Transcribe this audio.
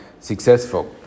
successful